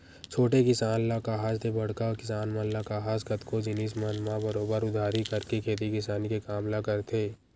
छोटे किसान ल काहस ते बड़का किसान मन ल काहस कतको जिनिस मन म बरोबर उधारी करके खेती किसानी के काम ल करथे